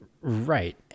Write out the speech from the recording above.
Right